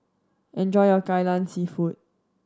enjoy your Kai Lan Seafood